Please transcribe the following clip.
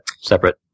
separate